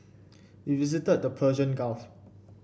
we visited the Persian Gulf